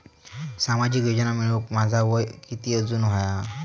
सामाजिक योजना मिळवूक माझा वय किती असूक व्हया?